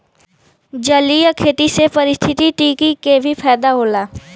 जलीय खेती से पारिस्थितिकी के भी फायदा होला